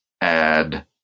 add